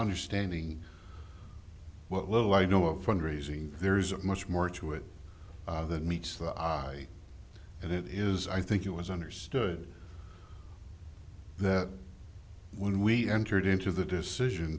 understanding what little i know of fundraising there's a much more to it than meets the eye and it is i think it was understood that when we entered into the decision